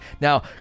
Now